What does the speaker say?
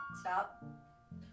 stop